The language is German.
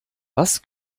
was